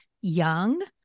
young